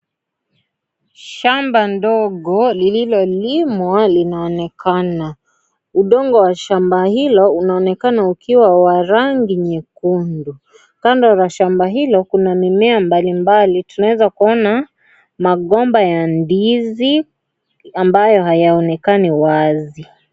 Shamba ndogo, lililolimwa linaonekana. Udongo wa shamba hilo, unaonekana ukiwa wa rangi nyekundu. Kando la shamba hilo, kuna mimea mbalimbali. Tunaweza kuona migomba ya ndizi ambayo hayaonekani wazi.